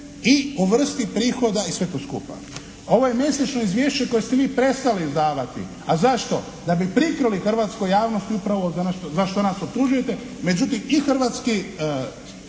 i o vrsti prihoda i sve to skupa. Ovo je mjesečno izvješće koje ste vi prestali izdavati. A zašto? Da bi prikrili hrvatskoj javnosti upravo za što nas optužujete. Međutim, i Hrvatski